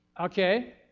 Okay